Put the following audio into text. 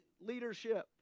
leadership